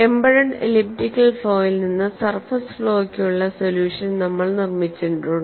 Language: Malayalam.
എംബെഡഡ് എലിപ്റ്റിക്കൽ ഫ്ലോയിൽ നിന്ന് സർഫസ് ഫ്ളോക്കുള്ള സൊല്യൂഷൻ നമ്മൾ നിർമ്മിച്ചിട്ടുണ്ട്